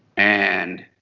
and